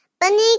Bunny